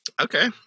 Okay